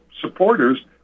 supporters